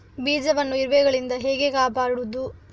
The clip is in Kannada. ಬೀಜವನ್ನು ಇರುವೆಗಳಿಂದ ಹೇಗೆ ಕಾಪಾಡುವುದು?